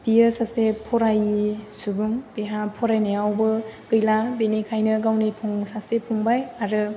बियो सासे फरायि सुबुं बिहा फरायनायावबो गैला बेनिखायनो गावनि सासे फंबाय आरो